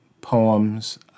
poems